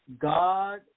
God